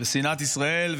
ושנאת ישראל.